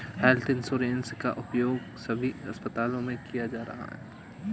health insurance का उपयोग सभी अस्पतालों में किया जा रहा है